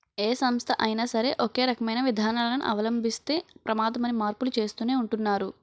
ఏ సంస్థ అయినా సరే ఒకే రకమైన విధానాలను అవలంబిస్తే ప్రమాదమని మార్పులు చేస్తూనే ఉంటున్నారు